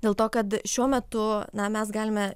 dėl to kad šiuo metu na mes galime